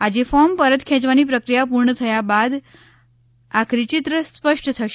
આજે ફોર્મ પરત ખેંચવાની પ્રક્રિયા પૂર્ણ થયા બાદ આખરી ચિત્ર સ્પષ્ટ થશે